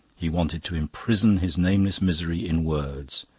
he wanted to imprison his nameless misery in words.